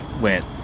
went